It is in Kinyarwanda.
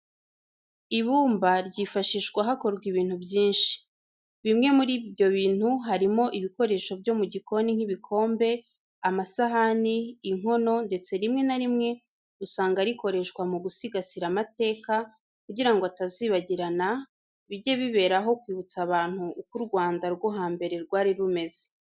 Ibumba ryifashishwa hakorwa ibintu byinshi. Bimwe muri ibyo bintu harimo ibikoresho byo mu gikoni nk'ibikombe, amasahani, inkono ndetse rimwe na rimwe usanga rikoreshwa mu gusigasira amateka kugira ngo atazibagirana, bijye biberaho kwibutsa abantu uko u Rwanda rwo hambere rwari rumeze.